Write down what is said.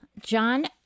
John